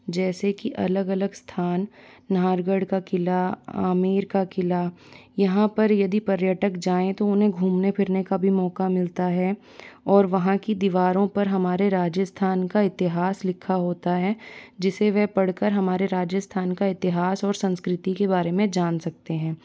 जैसे कि अलग अलग स्थान नारगढ़ का किला आमेर का किला यहाँ पर यदि पर्यटक जाएँ तो उन्हें घूमने फिरने का भी मौका मिलता है और वहाँ की दीवारों पर हमारे राजस्थान का इतिहास लिखा होता है जिसे वह पढ़कर हमारे राज्य राजस्थान का इतिहास और संस्कृति के बारे में जान सकते हैं